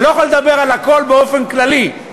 אני לא יכול לדבר על הכול באופן כללי,